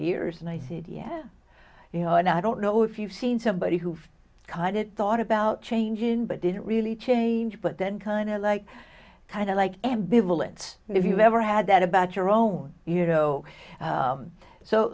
years and i did yeah you know and i don't know if you've seen somebody who kind of thought about changing but didn't really change but then kind of like kind of like ambivalence if you never had that about your own you know so so